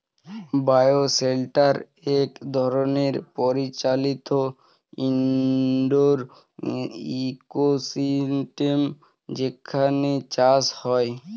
bio shelter এক ধরনের পরিচালিত ইন্ডোর ইকোসিস্টেম যেখানে চাষ হয়